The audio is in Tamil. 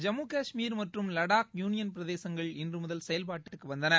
ஜம்மு கஷ்மீர் மற்றும் லடாக் யூனியன் பிரதேசங்கள் இன்றுமுதல் செயல்பாட்டுக்குவந்துள்ளன